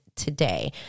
today